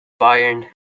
Bayern